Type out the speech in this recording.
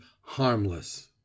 harmless